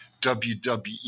WWE